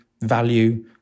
value